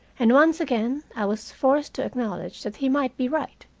and once again i was forced to acknowledge that he might be right.